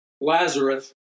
Lazarus